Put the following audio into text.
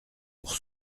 pour